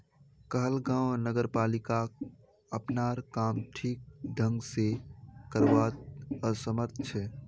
कहलगांव नगरपालिका अपनार काम ठीक ढंग स करवात असमर्थ छ